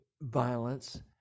violence